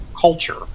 culture